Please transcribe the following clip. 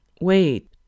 wait